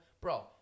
Bro